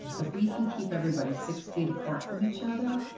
if we can keep everybody six feet apart from each other,